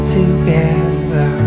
together